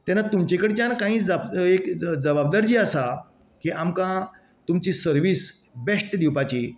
तेन्ना तुमचे कडच्यान कांय जब एक जबाबदारी जी आसा की आमकां तुमची सर्विस बेश्ट दिवपाची